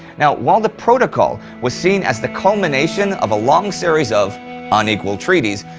while while the protocol was seen as the culmination of a long series of unequal treaties,